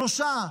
שלושה,